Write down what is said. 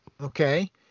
Okay